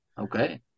Okay